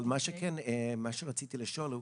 אבל מה שרציתי לשאול הוא,